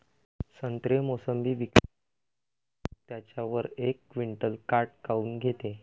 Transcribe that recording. संत्रे, मोसंबी विकल्यावर दलाल लोकं त्याच्यावर एक क्विंटल काट काऊन घेते?